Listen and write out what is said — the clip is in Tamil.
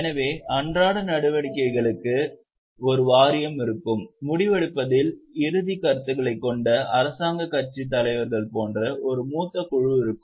எனவே அன்றாட நடவடிக்கைகளுக்கு ஒரு வாரியம் இருக்கும் முடிவெடுப்பதில் இறுதிக் கருத்துக்களைக் கொண்ட அரசாங்கக் கட்சித் தலைவர்கள் போன்ற ஒரு மூத்த குழு இருக்கும்